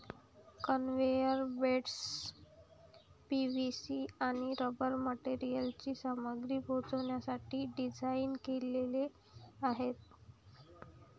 conveyor belts PVC आणि rubber मटेरियलची सामग्री पोहोचवण्यासाठी डिझाइन केलेले आहेत